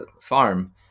farm